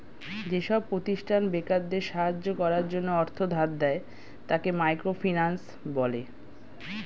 যেসব প্রতিষ্ঠান বেকারদের সাহায্য করার জন্য অর্থ ধার দেয়, তাকে মাইক্রো ফিন্যান্স বলে